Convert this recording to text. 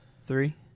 three